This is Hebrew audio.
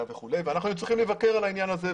ואנחנו היינו צריכים לבקר את העניין הזה.